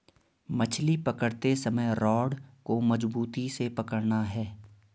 मछली पकड़ते समय रॉड को मजबूती से पकड़ना है